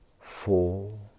Four